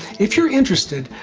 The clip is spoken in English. if you're interested,